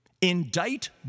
Indict